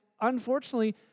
unfortunately